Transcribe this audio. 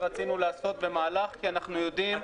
ורצינו לעשות במהלך כי אנחנו יודעים.